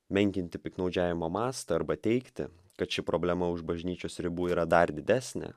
menkinti piktnaudžiavimo mastą arba teigti kad ši problema už bažnyčios ribų yra dar didesnė